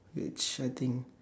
which I think